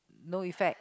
no effect